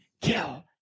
Kill